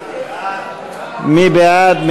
מי בעד?